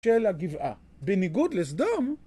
הגיעה לגבעה, בניגוד לסדום